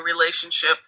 relationship